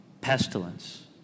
pestilence